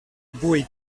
vuit